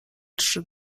trzy